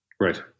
Right